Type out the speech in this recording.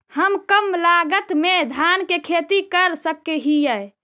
हम कम लागत में धान के खेती कर सकहिय?